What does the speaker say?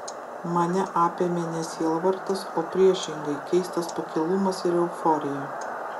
mane apėmė ne sielvartas o priešingai keistas pakilumas ir euforija